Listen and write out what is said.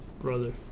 Brother